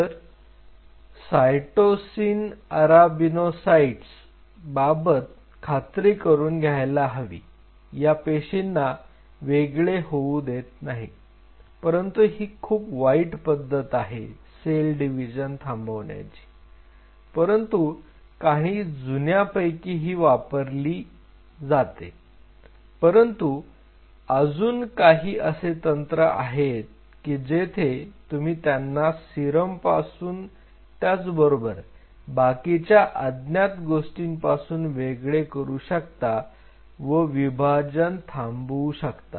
तर cytosine arabinosides बाबत खात्री करून घ्यायला हवी या पेशींना वेगळे होऊ देत नाही परंतु ही खूप वाईट पद्धत आहे सेल डिव्हिजन थांबवण्याची परंतु काही जुन्या पैकी ही वापरली जाते परंतु अजून काही असे तंत्र आहेत की जेथे तुम्ही त्यांना सीरम पासून त्याचबरोबर बाकीच्या अज्ञात गोष्टींपासून वेगळे करू शकता व विभाजन थांबवू शकता